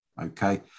Okay